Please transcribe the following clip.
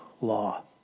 law